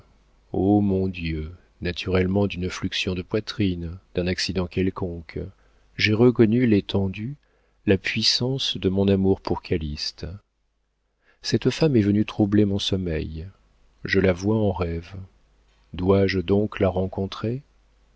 oh mon dieu naturellement d'une fluxion de poitrine d'un accident quelconque j'ai reconnu l'étendue la puissance de mon amour pour calyste cette femme est venue troubler mon sommeil je la vois en rêve dois-je donc la rencontrer